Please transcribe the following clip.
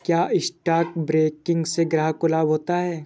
क्या stock broking से ग्राहक को लाभ होता है?